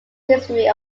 history